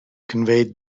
conveyed